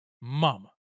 mama